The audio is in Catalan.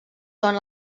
són